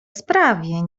sprawie